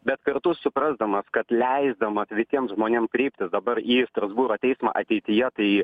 bet kartu suprasdamas kad leisdamas visiem žmonėm kreiptis dabar į strasbūro teismą ateityje tai